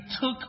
took